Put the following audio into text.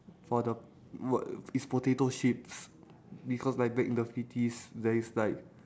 for the word it's potato chips because like back in the fifties there is like